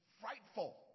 frightful